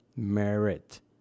Merit